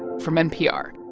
from npr.